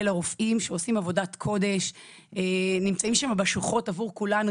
לרופאים שעושים עבודת קודם ונמצאים שם בשוחות עבור כולנו,